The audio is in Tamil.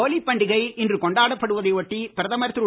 ஹோலி பண்டிகை இன்று கொண்டாடப்படுவதை ஒட்டி பிரதமர் திரு